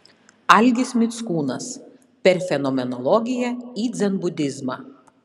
algis mickūnas per fenomenologiją į dzenbudizmą